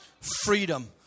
freedom